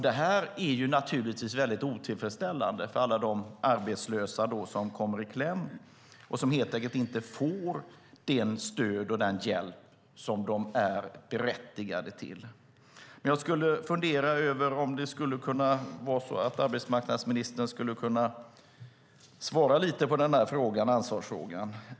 Detta är väldigt otillfredsställande för alla de arbetslösa som kommer i kläm och helt enkelt inte får det stöd och den hjälp som de är berättigade till. Jag funderar över om arbetsmarknadsministern skulle kunna svara lite på ansvarsfrågan.